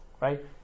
right